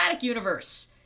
Universe